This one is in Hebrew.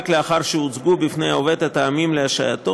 רק לאחר שהוצגו בפני העובד הטעמים להשעייתו